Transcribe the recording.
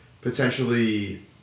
potentially